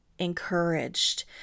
encouraged